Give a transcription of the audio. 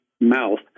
mouth